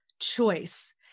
choice